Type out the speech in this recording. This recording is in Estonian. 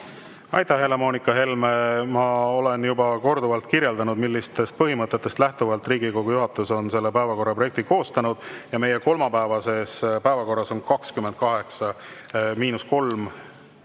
Aitäh, Helle-Moonika Helme! Ma olen juba korduvalt kirjeldanud, millistest põhimõtetest lähtuvalt Riigikogu juhatus on selle päevakorra projekti koostanud. Meie kolmapäevases päevakorras on 28, miinus 3,